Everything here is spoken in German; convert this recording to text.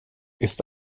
ist